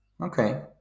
Okay